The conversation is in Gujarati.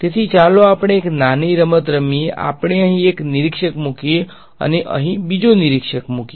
તેથી ચાલો આપણે એક નાની રમત રમીએ આપણે અહીં એક નિરીક્ષક મુકીએ અને અહીં બીજો નિરીક્ષક મુકીયે